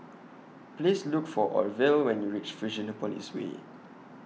Please Look For Orvel when YOU REACH Fusionopolis Way